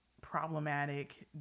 problematic